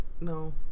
No